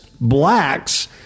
blacks